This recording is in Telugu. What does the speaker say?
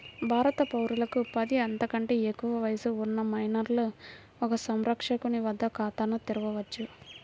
భారత పౌరులకు పది, అంతకంటే ఎక్కువ వయస్సు ఉన్న మైనర్లు ఒక సంరక్షకుని వద్ద ఖాతాను తెరవవచ్చు